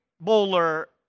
Bowler